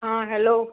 आं हॅलो